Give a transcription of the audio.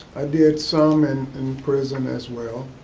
i did some and in prison as well.